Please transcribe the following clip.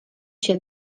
się